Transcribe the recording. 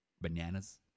bananas